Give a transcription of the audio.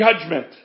judgment